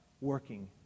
working